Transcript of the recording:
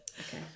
Okay